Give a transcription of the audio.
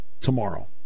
tomorrow